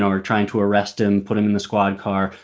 are trying to arrest him, put him in the squad car.